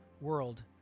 world